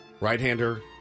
Right-hander